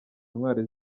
intwari